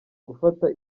gufata